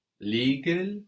Legal